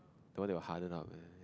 that one that will harden up eh